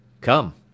Come